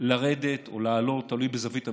לרדת או לעלות, תלוי בזווית המסתכל,